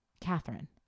Catherine